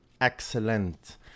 excellent